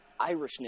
Irishness